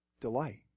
delight